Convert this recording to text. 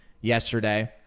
yesterday